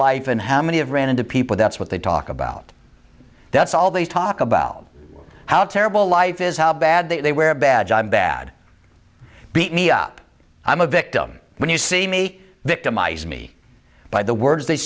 life and how many have ran into people that's what they talk about that's all they talk about how terrible life is how bad they wear a badge a bad beat me up i'm a victim when you see me victimized me by the words they